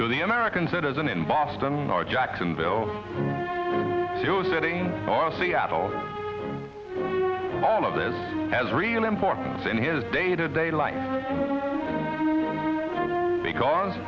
to the american citizen in boston or jacksonville to city or seattle all of this has real importance in his day to day life because